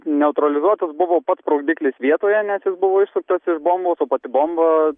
neutralizuotas buvo pats sprogdiklis vietoje nes jis buvo išsuktas iš bombos o pati bomba